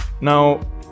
now